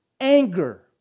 anger